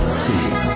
see